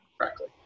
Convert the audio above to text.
correctly